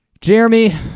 jeremy